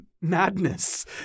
madness